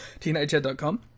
teenagehead.com